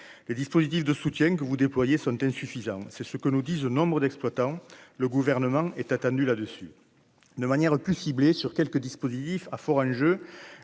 les dispositifs de soutien que vous déployez sont insuffisants, c'est ce que nous disent aux nombres d'exploitants, le gouvernement est attendu là dessus de manière plus ciblée sur quelques dispositifs à fort enjeu,